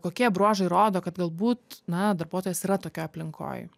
kokie bruožai rodo kad galbūt na darbuotojas yra tokioj aplinkoj